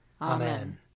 Amen